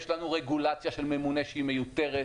יש לנו רגולציה של ממונה שהיא מיותרת,